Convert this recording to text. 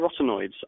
carotenoids